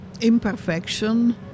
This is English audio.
imperfection